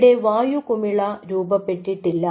ഇവിടെ വായു കുമിള രൂപപ്പെട്ടിട്ടില്ല